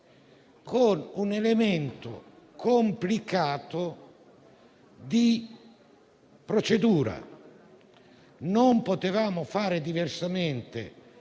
con un elemento complicato di procedura. Non potevamo fare diversamente